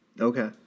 Okay